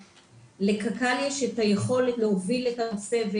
לקק"ל יש את היכולת להוביל את הנושא.